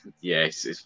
Yes